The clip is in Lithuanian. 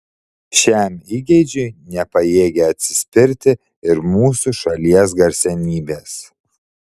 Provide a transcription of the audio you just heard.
šiam įgeidžiui nepajėgė atsispirti ir mūsų šalies garsenybės